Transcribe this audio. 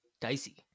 Dicey